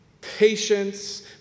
patience